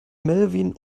melvin